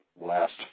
Last